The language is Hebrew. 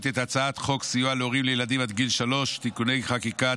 את הצעת חוק סיוע להורים לילדים עד גיל שלוש (תיקוני חקיקה),